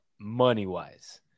money-wise